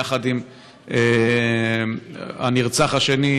יחד עם הנרצח השני,